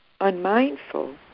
unmindful